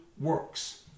works